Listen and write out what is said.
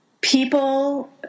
People